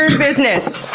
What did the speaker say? and business!